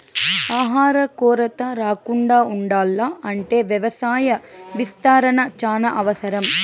ఆహార కొరత రాకుండా ఉండాల్ల అంటే వ్యవసాయ విస్తరణ చానా అవసరం